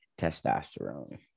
testosterone